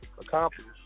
accomplish